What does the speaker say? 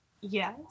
Yes